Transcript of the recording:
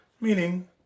meaning